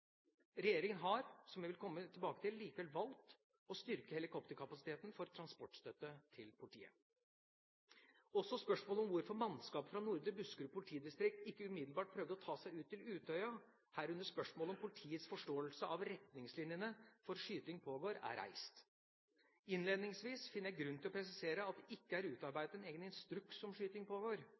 Regjeringa har, som jeg vil komme tilbake til, likevel valgt å styrke helikopterkapasiteten for transportstøtte til politiet. Også spørsmål om hvorfor mannskaper fra Nordre Buskerud politidistrikt ikke umiddelbart prøvde å ta seg ut til Utøya, herunder spørsmål om politiets forståelse av retningslinjene for «skyting pågår», er reist. Innledningsvis finner jeg grunn til å presisere at det ikke er utarbeidet en egen instruks om